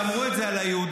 אמרת שאמרו את זה על היהודים.